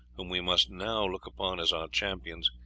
whom we must now look upon as our champions,